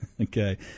Okay